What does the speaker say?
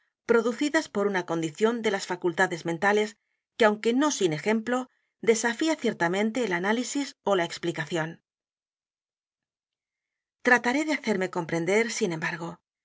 producidas por u n a condición de las facultades mentales que aunque no sin ejemplo desafía ciertamente el análisis ó la explicación t r a t a r é de hacerme comprender sin embargo